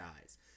eyes